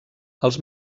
els